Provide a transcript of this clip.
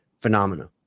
phenomena